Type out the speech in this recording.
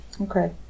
Okay